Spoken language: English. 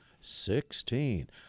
Sixteen